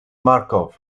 markov